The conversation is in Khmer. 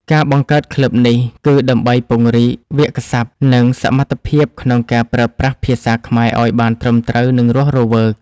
ការបង្កើតក្លឹបនេះគឺដើម្បីពង្រីកវាក្យសព្ទ និងសមត្ថភាពក្នុងការប្រើប្រាស់ភាសាខ្មែរឱ្យបានត្រឹមត្រូវ និងរស់រវើក។